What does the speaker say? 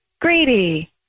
Grady